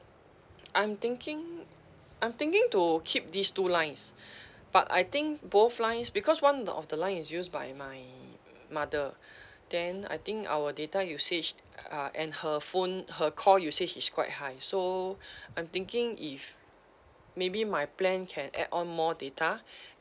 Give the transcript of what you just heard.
I'm thinking I'm thinking to keep these two lines but I think both lines because one of the line is used by my mother then I think our data usage uh and her phone her call usage is quite high so I'm thinking if maybe my plan can add on more data